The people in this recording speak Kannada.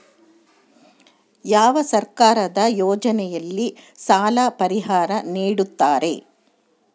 ಯಾವ ಸರ್ಕಾರದ ಯೋಜನೆಯಲ್ಲಿ ಸಾಲ ಪರಿಹಾರ ನೇಡುತ್ತಾರೆ?